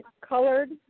colored